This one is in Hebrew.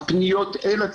בוקר טוב לכולם,